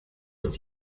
ist